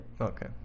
Okay